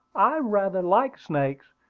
i rather like snakes,